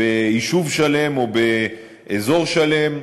ביישוב שלם או באזור שלם,